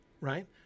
right